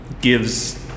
gives